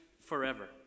forever